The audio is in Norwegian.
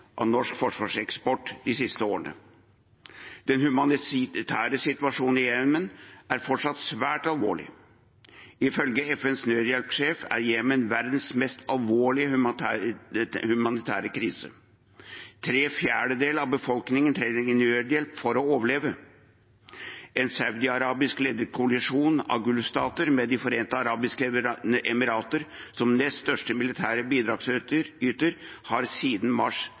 av norsk forsvarseksport de siste årene. Den humanitære situasjonen i Jemen er fortsatt svært alvorlig. Ifølge FNs nødhjelpssjef er Jemen verdens mest alvorlige humanitære krise. Tre fjerdedeler av befolkningen trenger nødhjelp for å overleve. En saudiarabiskledet koalisjon av Golf-stater med De forente arabiske emirater som nest største militære bidragsyter har siden mars